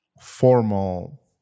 formal